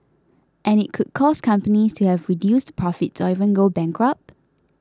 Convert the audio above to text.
and it could cause companies to have reduced profits or even go bankrupt